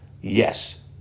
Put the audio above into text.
Yes